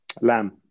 Lamb